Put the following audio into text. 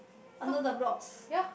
under the blocks